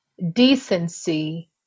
decency